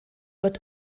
wird